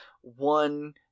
one